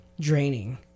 draining